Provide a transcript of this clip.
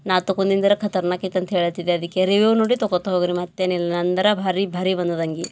ನಾ ತೊಗೊಂದಿಂದರ ಖತರ್ನಾಕ್ಕಿತ್ತು ಅಂತ ಹೇಳುತಿದ್ದೆ ಅದಕ್ಕೆ ರಿವ್ಯೂ ನೋಡಿ ತೊಗೋತಾ ಹೋಗಿರಿ ಮತ್ತೇನಿಲ್ಲ ನಂದರ ಭಾರಿ ಭಾರಿ ಬಂದದಂಗಿ